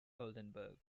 oldenburg